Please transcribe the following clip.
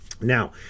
Now